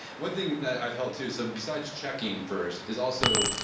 one thing that i held too, so besides checking first is also,